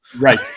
right